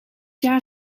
jaar